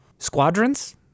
Squadrons